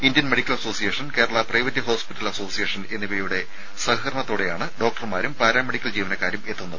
Indian medical association Kerala private hospital association എന്നിവയുടെ സഹകരണത്തോടെയാണ് ഡോക്ടർമാരും പാരാ മെഡിക്കൽ ജീവനക്കാരും എത്തുന്നത്